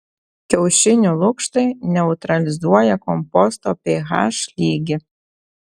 kiaušinių lukštai neutralizuoja komposto ph lygį